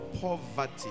poverty